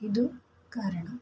ಇದು ಕಾರಣ